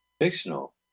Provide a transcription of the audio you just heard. Fictional